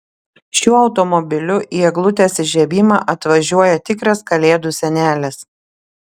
šiuo automobiliu į eglutės įžiebimą atvažiuoja tikras kalėdų senelis